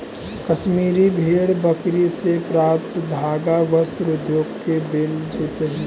कश्मीरी भेड़ बकरी से प्राप्त धागा वस्त्र उद्योग के बल देवऽ हइ